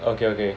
okay okay